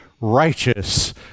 righteous